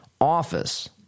office